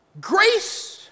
Grace